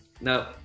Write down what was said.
no